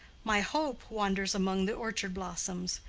my hope wanders among the orchard blossoms,